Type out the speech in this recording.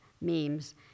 memes